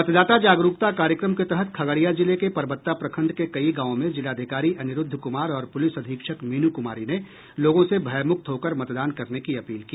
मतदाता जागरूकता कार्यक्रम के तहत खगड़िया जिले के परबत्ता प्रखंड के कई गावों में जिलाधिकारी अनिरूद्ध कुमार और पुलिस अधीक्षक मीनू कुमारी ने लोगों से भयमुक्त होकर मतदान करने की अपील की